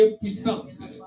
puissance